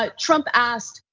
ah trump asked,